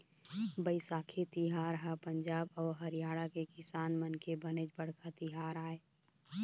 बइसाखी तिहार ह पंजाब अउ हरियाणा के किसान मन के बनेच बड़का तिहार आय